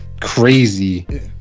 Crazy